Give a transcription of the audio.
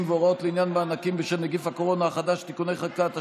והוראות לעניין מענקים בשל נגיף הקורונה החדש (תיקוני חקיקה),